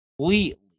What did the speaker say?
completely